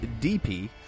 DP